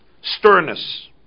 sternness